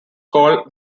called